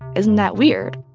isn't that weird?